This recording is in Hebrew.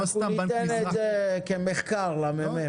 לא סתם בנק מזרחי --- אנחנו ניתן את זה כמחקר למ.מ.